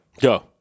go